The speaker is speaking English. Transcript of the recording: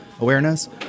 awareness